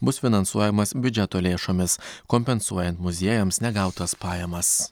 bus finansuojamas biudžeto lėšomis kompensuojant muziejams negautas pajamas